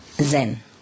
Zen